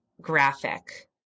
graphic